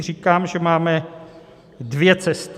Říkám, že máme dvě cesty.